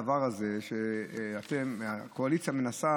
הדבר הזה שהקואליציה מנסה